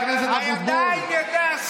הידיים ידי השמאל.